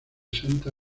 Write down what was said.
santa